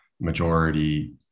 majority